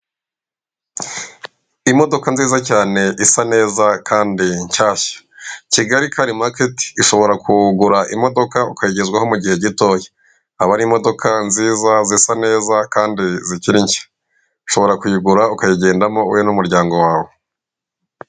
Imodoka nziza cyane isa neza kandi nshyashya, kigali kari maketi ushobora kugura imodoka ukayigezwaho mu gihe gitoya haba hari imodoka nziza zisa neza kandi zikiri nshya, ushobora kuyigura ukayigendamo wowe n'umuryango wawe.